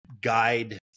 guide